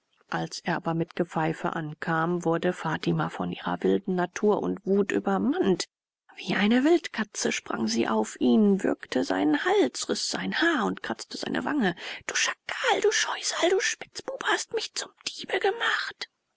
als er aber mit gepfeife ankam wurde fatima von ihrer wilden natur und wut übermannt wie eine wildkatze sprang sie auf ihn würgte seinen hals riß sein haar und kratzte seine wange du schakal du scheusal du spitzbube hast mich zum diebe gemacht